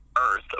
earth